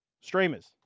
streamers